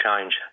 change